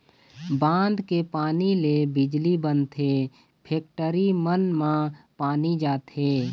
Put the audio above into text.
बांध के पानी ले बिजली बनथे, फेकटरी मन म पानी जाथे